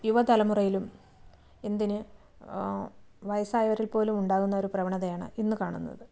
യുവതലമുറയിലും എന്തിന് വയസ്സായവരിൽ പോലും ഉണ്ടാകുന്നൊരു പ്രവണതയാണ് ഇന്ന് കാണുന്നത്